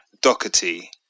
Doherty